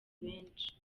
benshi